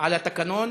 על התקנון.